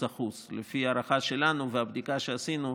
1%. לפי ההערכה שלנו והבדיקה שעשינו,